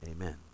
Amen